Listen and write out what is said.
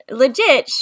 legit